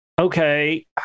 Okay